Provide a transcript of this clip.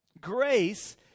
Grace